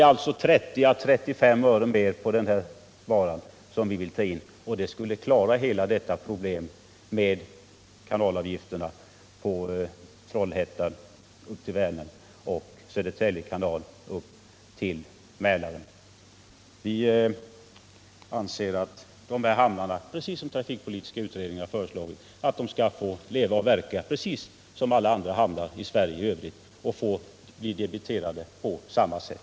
Vi vill ta in 30-35 öre mer på denna vara, vilket skulle klara hela detta problem med kanalavgifterna på Trollhätte kanal upp till Vänern och Södertälje kanal upp till Mälaren. Vi anser att hamnarna där, precis som trafikpolitiska utredning har föreslagit, skall få leva och verka på samma villkor som alla andra hamnar i Sverige och bli debiterade på samma sätt.